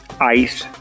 ice